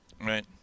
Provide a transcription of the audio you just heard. Right